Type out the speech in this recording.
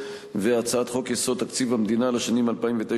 והצעת חוק-יסוד: תקציב המדינה לשנים 2009